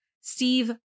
Steve